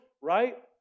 right